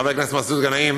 חבר הכנסת גנאים,